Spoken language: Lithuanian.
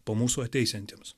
po mūsų ateisiantiems